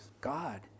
God